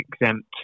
exempt